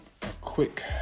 quick